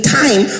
time